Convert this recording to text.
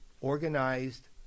organized